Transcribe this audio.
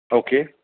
okay